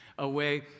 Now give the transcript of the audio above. Away